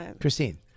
Christine